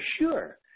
sure